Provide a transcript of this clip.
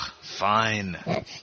fine